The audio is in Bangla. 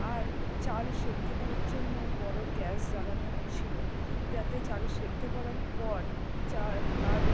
আর চাল সেদ্ধ করার জন্যও বড়ো গ্যাস জ্বালানো হয়েছিলো তাতে চাল সেদ্ধ করার পর চা ভাত